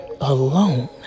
Alone